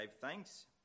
thanks